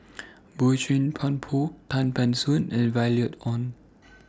Boey Chuan Poh Tan Ban Soon and Violet Oon